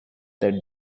that